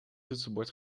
toetsenbord